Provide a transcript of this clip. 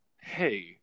hey